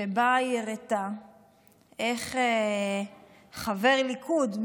שבה היא הראתה איך חבר ליכוד,